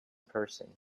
person